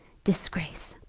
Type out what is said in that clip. disgrace!